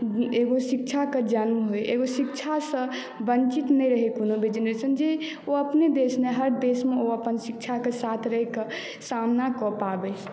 एगो शिक्षाके जनम होइ एगो शिक्षासँ वञ्चित नहि रहै कोनो भी जेनरेशन जे ओ अपने देशमे हर देशमे ओ अपन शिक्षाके साथ रहैके सामना कऽ पाबै